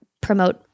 promote